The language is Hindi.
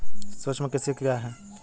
सूक्ष्म कृषि क्या है?